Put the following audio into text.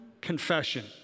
confession